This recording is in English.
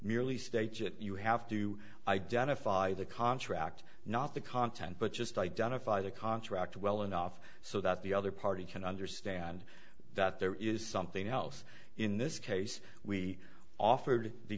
that you have to identify the contract not the content but just identify the contract well enough so that the other party can understand that there is something else in this case we offered the